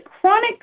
chronic